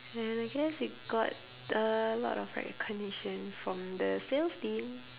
and I guess it got a lot of recognition from the sales team